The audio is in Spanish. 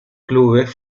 clubes